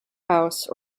house